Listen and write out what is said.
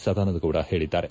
ಸದಾನಂದಗೌಡ ಹೇಳದ್ದಾರೆ